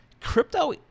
crypto